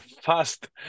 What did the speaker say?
fast